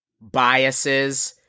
biases